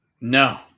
No